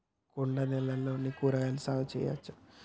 కొండ నేలల్లో కూరగాయల సాగు చేయచ్చా?